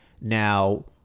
Now